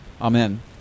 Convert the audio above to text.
Amen